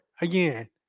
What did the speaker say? Again